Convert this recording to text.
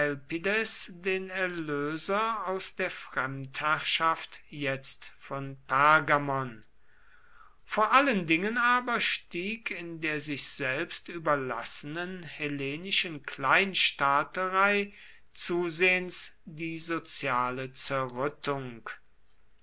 den erlöser aus der fremdherrschaft jetzt von pergamon vor allen dingen aber stieg in der sich selbst überlassenen hellenischen kleinstaaterei zusehends die soziale zerrüttung